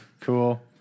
Cool